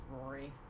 Rory